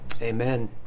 Amen